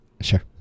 Sure